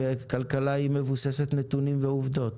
כלכלה היא מבוססת נתונים ועובדות.